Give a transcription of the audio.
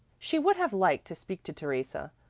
she would have liked to speak to theresa,